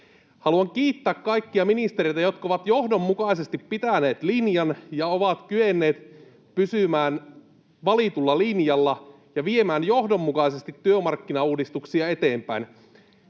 Haluan kiittää kaikkia ministereitä, jotka ovat johdonmukaisesti pitäneet linjan ja ovat kyenneet pysymään valitulla linjalla ja viemään johdonmukaisesti työmarkkinauudistuksia eteenpäin.